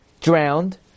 drowned